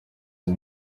and